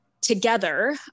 together